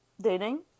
dating